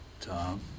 Tom